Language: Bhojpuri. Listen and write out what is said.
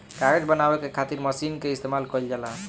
कागज बनावे के खातिर मशीन के इस्तमाल कईल जाला